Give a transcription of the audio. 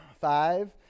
Five